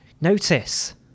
notice